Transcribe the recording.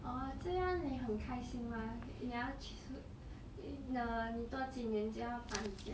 orh 这样你很开心吗你要去 s~ uh 你多几年就要搬家了